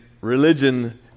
religion